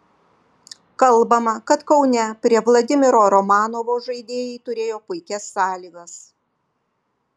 kalbama kad kaune prie vladimiro romanovo žaidėjai turėjo puikias sąlygas